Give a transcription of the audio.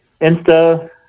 Insta